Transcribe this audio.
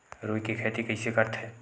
रुई के खेती कइसे करथे?